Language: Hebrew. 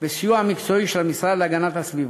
בסיוע מקצועי של המשרד להגנת הסביבה.